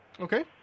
Okay